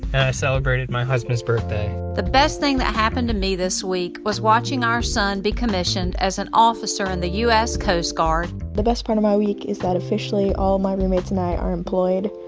and i celebrated my husband's birthday the best thing that happened to me this week was watching our son be commissioned as an officer in the u s. coast guard the best part of our week is that officially all my roommates and i are employed.